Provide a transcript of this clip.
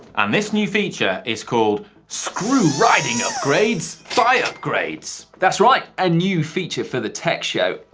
and this new feature is called screw riding upgrades, buy upgrades. that's right. a new feature for the tech show.